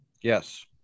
Yes